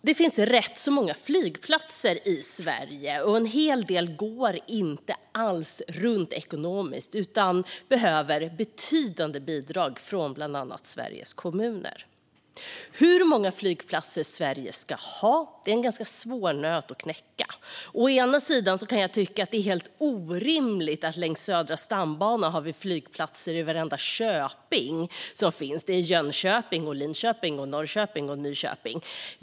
Det finns rätt så många flygplatser i Sverige, och en hel del går inte alls runt ekonomiskt utan behöver betydande bidrag från bland annat Sveriges kommuner. Hur många flygplatser Sverige ska ha är en ganska svår nöt att knäcka. Jag kan tycka att det är helt orimligt att vi längs Södra stambanan har flygplatser i varenda köping - Jönköping, Linköping, Norrköping och Nyköping.